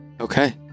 Okay